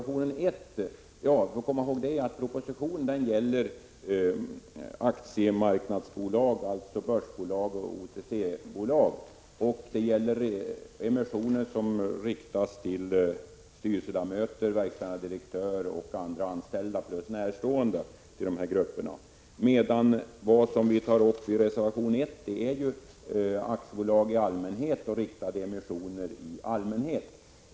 Vi skall komma i håg att propositionen gäller börsbolag och OTC-bolag och emissioner som riktas till styrelseledamöter, verkställande direktör och andra anställda plus dessa grupper närstående. Det som vi tar upp i Prot. 1986/87:130 reservation 1 är aktiebolag och riktade emissioner i allmänhet.